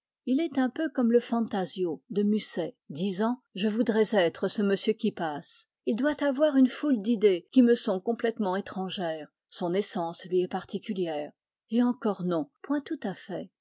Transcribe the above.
il est un peu comme le fantasio de musset disant je voudrais être ce monsieur qui passe il doit avoir une foule d'idées qui me sont complètement étrangères son essence lui est particulière et encore non point tout à fait